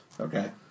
Okay